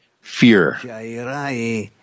fear